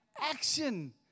Action